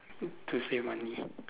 good to save money